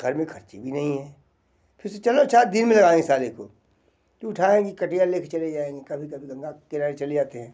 घर में खर्चे भी नहीं है फिर से चलो अच्छा आज दिन में जाएंगे साले को तो उठाएंगे कटिया लेके चले जाएंगे कभी कभी गंगा के किनारे चले जाते हैं